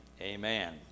amen